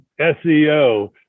seo